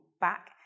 back